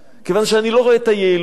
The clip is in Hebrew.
כיוון שאני לא רואה את היעילות שלו.